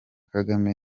kagame